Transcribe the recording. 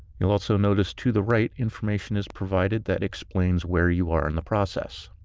you'll also notice to the right, information is provided that explains where you are in the process.